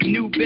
New